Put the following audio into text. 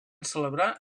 celebrar